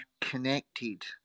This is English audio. connected